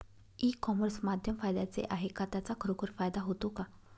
E commerce माध्यम फायद्याचे आहे का? त्याचा खरोखर फायदा होतो का?